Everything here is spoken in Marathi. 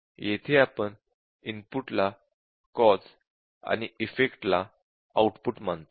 येथे आपण इनपुट ला कॉज़ आणि इफेक्ट ला आउटपुट मानतो